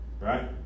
right